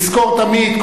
נזכור תמיד,